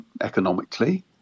economically